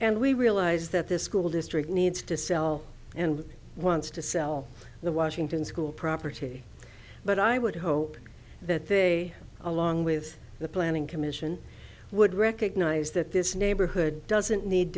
and we realize that this school district needs to sell and wants to sell the washington school property but i would hope that they along with the planning commission would recognize that this neighborhood doesn't need